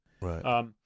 Right